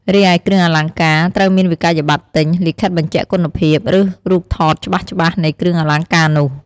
រីឯ គ្រឿងអលង្ការ ត្រូវមានវិក្កយបត្រទិញ លិខិតបញ្ជាក់គុណភាព ឬរូបថតច្បាស់ៗនៃគ្រឿងអលង្ការនោះ។